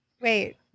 wait